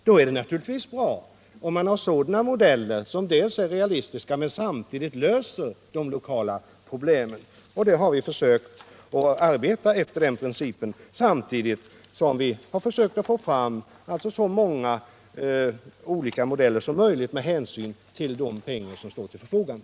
Då är det naturligtvis bra med modeller som dels är realistiska, dels löser lokala problem. Vi har försökt arbeta efter den principen samtidigt som vi har försökt att få fram så många olika modeller som möjligt med hänsyn till de pengar som står till förfogande.